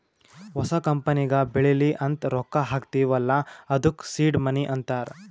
ಹೊಸ ಕಂಪನಿಗ ಬೆಳಿಲಿ ಅಂತ್ ರೊಕ್ಕಾ ಹಾಕ್ತೀವ್ ಅಲ್ಲಾ ಅದ್ದುಕ ಸೀಡ್ ಮನಿ ಅಂತಾರ